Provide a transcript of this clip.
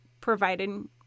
providing